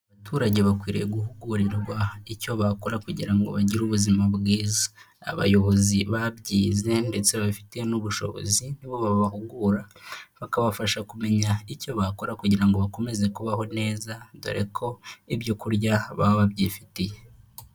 Abaturage bakwiriye guhugurirwa icyo bakora kugira ngo bagire ubuzima bwiza, abayobozi babyize ndetse babifiteye n'ubushobozi, ni bo babahugura, bakabafasha kumenya icyo bakora kugira ngo bakomeze kubaho neza, dore ko ibyo kurya baba babyifitiye.